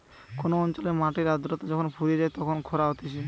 কোন অঞ্চলের মাটির আদ্রতা যখন ফুরিয়ে যায় তখন খরা হতিছে